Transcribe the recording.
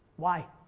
why?